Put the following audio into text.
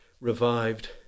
revived